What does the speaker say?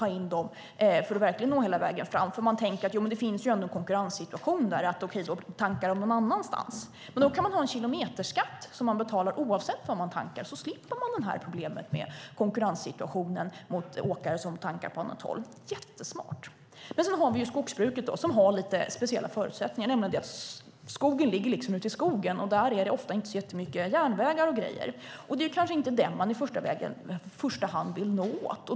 Man tänker på att det finns en konkurrenssituation och att lastbilarna i så fall kan tanka någon annanstans. Då kan man ha en kilometerskatt, så slipper man problemet med konkurrenssituationen med åkare som tankar på annat håll. Det är jättesmart. Men så har vi skogsbruket, som ju har lite speciella förutsättningar. Skogen ligger liksom ute i skogen, och där finns det ofta inte så mycket järnvägar och sådant. Det är kanske inte skogsbruket man i första hand vill nå.